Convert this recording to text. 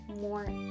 more